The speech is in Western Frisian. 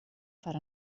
foar